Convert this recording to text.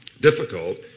difficult